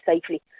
safely